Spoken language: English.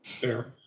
fair